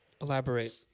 Elaborate